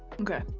Okay